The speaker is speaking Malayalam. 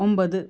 ഒമ്പത്